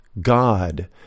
God